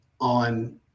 on